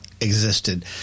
existed